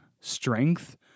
strength